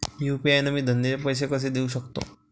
UPI न मी धंद्याचे पैसे कसे देऊ सकतो?